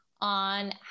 on